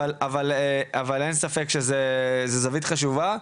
אבל אין ספק שזו זווית חשובה.